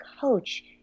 coach